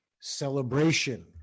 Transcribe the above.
celebration